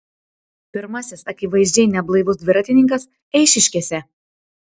pirmasis akivaizdžiai neblaivus dviratininkas eišiškėse